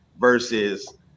versus